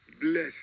Bless